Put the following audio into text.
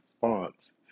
Fonts